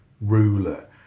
ruler